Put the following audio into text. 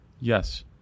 Yes